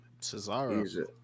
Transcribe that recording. Cesaro